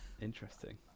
Interesting